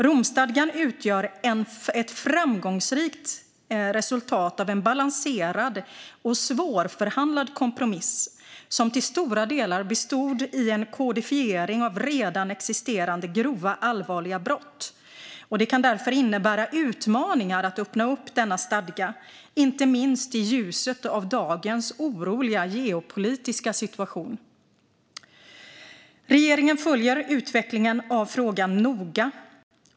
Romstadgan utgör ett framgångsrikt resultat av en balanserad och svårförhandlad kompromiss som till stora delar bestod i en kodifiering av redan existerande grova och allvarliga brott. Det kan därför innebära utmaningar att öppna upp denna stadga, inte minst i ljuset av dagens oroliga geopolitiska situation. Regeringen följer utvecklingen av frågan noga.